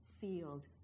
field